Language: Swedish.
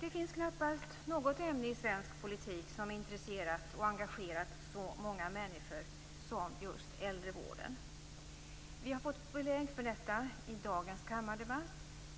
Det finns knappast något ämne i svensk politik som har intresserat och engagerat så många människor som just äldrevården. Vi har fått belägg för detta i dagens kammardebatt